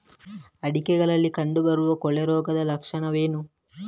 ಅಡಿಕೆಗಳಲ್ಲಿ ಕಂಡುಬರುವ ಕೊಳೆ ರೋಗದ ಲಕ್ಷಣವೇನು?